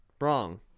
Wrong